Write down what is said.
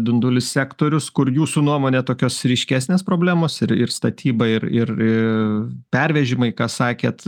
dunduli sektorius kur jūsų nuomone tokios ryškesnės problemos ir ir statyba ir ir aaa pervežimai ką sakėt